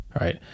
right